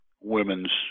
women's